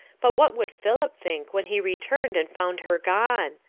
but what would philip think when he returned and found her gone?